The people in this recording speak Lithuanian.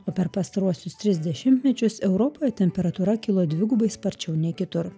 o per pastaruosius tris dešimtmečius europoje temperatūra kilo dvigubai sparčiau nei kitur